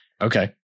Okay